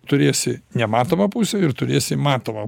turėsi nematomą pusę ir turėsi matomą